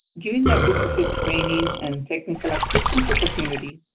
given that this is a training and technical assistance opportunity,